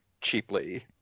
cheaply